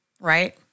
right